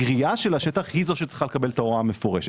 גריעה של השטח היא זו שצריכה לקבל את ההוראה המפורשת.